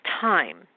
time